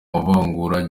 mavugurura